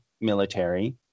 military